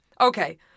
Okay